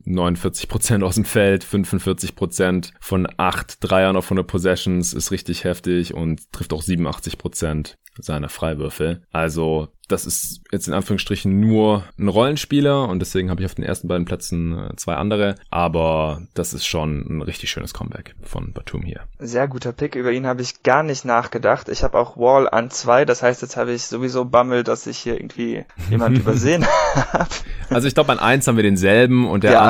49% aus dem Feld, 45% von acht Dreiern auf 100 Possessions ist richtig heftig und trifft auch 87% seiner Freiwürfe. Also das ist jetzt in Anführungsstrichen nur ein Rollenspieler und deswegen habe ich auf den ersten beiden Plätzen, äh, zwei andere. Aber das ist schon ein richtig schönes Comeback von Batum hier. Sehr guter Pick. Über ihn habe ich gar nicht nachgedacht. Ich habe auch Wall an zwei. Das heißt, jetzt habe ich sowieso Bammel, dass ich hier irgendwie jemand übersehen habe. Also ich glaube, an eins haben wir denselben und der Ja.